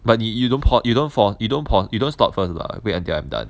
but you you don't pau~ you don't fall you don't pau~ you don't stop first lah wait until I'm done